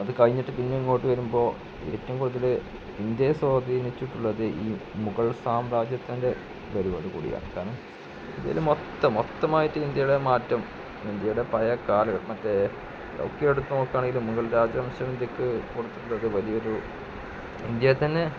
അത് കഴിഞ്ഞിട്ട് പിന്നെ ഇങ്ങോട്ട് വരുമ്പോള് ഏറ്റവും കൂടുതൽ ഇന്ത്യയെ സ്വാധീനിച്ചിട്ടുള്ളത് ഈ മുഗൾ സാമ്രാജ്യത്തിൻ്റെ വരവോട് കൂടിയാണ് കാരണം ഇന്ത്യയില് മൊത്തമായിട്ട് ഇന്ത്യയുടെ മാറ്റം ഇന്ത്യയുടെ പഴയകാലം മറ്റേ ഒക്കെ എടുത്തു നോക്കാണെങ്കിൽ മുഗൾ രാജവംശം ഇന്ത്യക്ക് കൊടുത്തിട്ടുള്ളത് വലിയൊരു ഇന്ത്യയിൽ തന്നെ